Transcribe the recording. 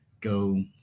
go